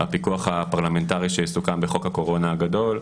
הפיקוח הפרלמנטרי שיסוכם בחוק הקורונה הגדול,